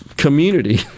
community